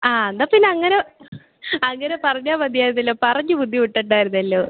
ആ എന്നാൽ പിന്നങ്ങനെ അങ്ങനെ പറഞ്ഞാൽ മതിയായിരുന്നല്ലോ പറഞ്ഞ് ബുദ്ധിമുട്ടണ്ടായിരുന്നല്ലോ